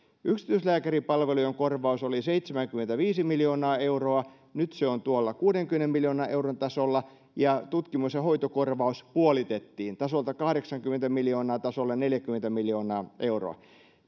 yksityislääkäripalvelujen korvaus oli seitsemänkymmentäviisi miljoonaa euroa nyt se on tuolla kuudenkymmenen miljoonan euron tasolla ja tutkimus ja hoitokorvaus puolitettiin tasolta kahdeksankymmentä miljoonaa tasolle neljäkymmentä miljoonaa euroa